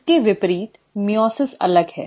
इसके विपरीत मइओसिस अलग है